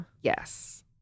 Yes